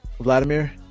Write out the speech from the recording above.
Vladimir